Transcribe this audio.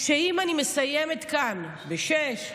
שאם אני מסיימת כאן ב-6:00,